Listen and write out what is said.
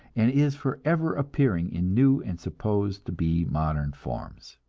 and is forever appearing in new and supposed to be modern forms.